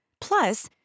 Plus